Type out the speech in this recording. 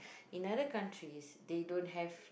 in other countries they don't have